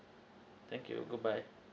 thank you bye bye